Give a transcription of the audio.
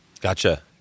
Gotcha